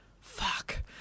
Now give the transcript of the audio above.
fuck